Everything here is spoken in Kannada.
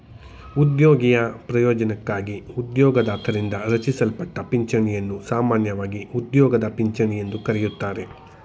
ಉದ್ಯೋಗಿಯ ಪ್ರಯೋಜ್ನಕ್ಕಾಗಿ ಉದ್ಯೋಗದಾತರಿಂದ ರಚಿಸಲ್ಪಟ್ಟ ಪಿಂಚಣಿಯನ್ನು ಸಾಮಾನ್ಯವಾಗಿ ಉದ್ಯೋಗದ ಪಿಂಚಣಿ ಎಂದು ಕರೆಯುತ್ತಾರೆ